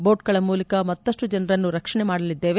that ಗಳ ಮೂಲಕ ಮತ್ತಷ್ಟು ಜನರನ್ನು ರಕ್ಷಣೆ ಮಾಡಲಿದ್ದೇವೆ